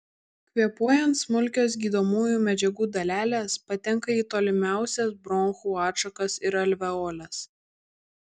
kvėpuojant smulkios gydomųjų medžiagų dalelės patenka į tolimiausias bronchų atšakas ir alveoles